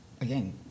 Again